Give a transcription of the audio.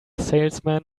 salesman